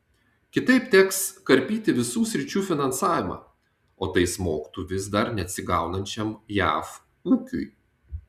kitaip teks karpyti visų sričių finansavimą o tai smogtų vis dar neatsigaunančiam jav ūkiui